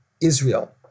Israel